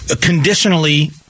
conditionally